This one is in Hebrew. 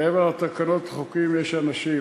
מעבר לתקנות ולחוקים יש אנשים,